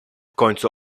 końcu